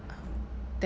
that